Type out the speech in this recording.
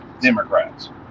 Democrats